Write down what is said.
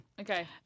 Okay